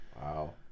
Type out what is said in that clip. Wow